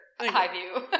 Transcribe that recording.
Highview